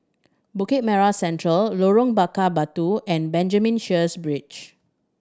Bukit Merah Central Lorong Bakar Batu and Benjamin Sheares Bridge